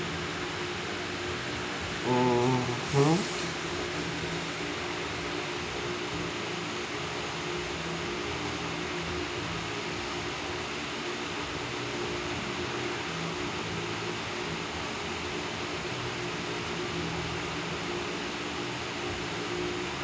mmhmm